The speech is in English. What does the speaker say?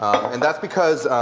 and that's because